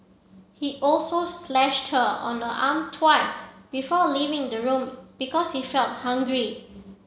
he also slashed her on the arm twice before leaving the room because he felt hungry